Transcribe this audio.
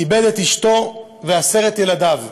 איבד את אשתו ועשרת ילדיו.